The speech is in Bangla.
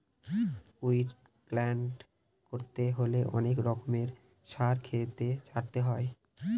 উইড কন্ট্রল করতে হলে অনেক রকমের সার ক্ষেতে ছড়াতে হয়